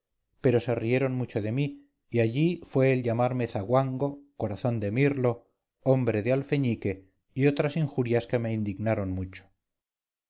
pero se rieron mucho de mí y allí fueel llamarme zanguango corazón de mirlo hombre de alfeñique y otras injurias que me indignaron mucho